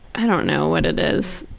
i don't know what it is.